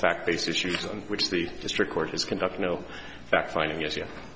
fact based issues on which the district court is conduct no fact finding yes